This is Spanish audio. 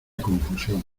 confusión